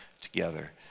together